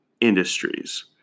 industries